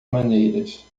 maneiras